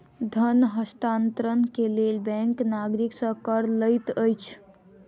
धन हस्तांतरण के लेल बैंक नागरिक सॅ कर लैत अछि